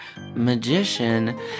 magician